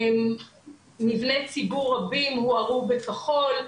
מבני ציבור רבים הוארו בכחול,